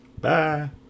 bye